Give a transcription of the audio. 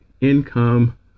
income